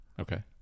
Okay